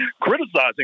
criticizing